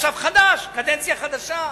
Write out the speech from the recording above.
עכשיו קדנציה חדשה,